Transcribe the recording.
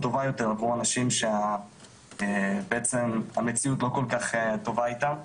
טובה יותר עבור אנשים שבעצם המציאות לא כל כך טובה איתם.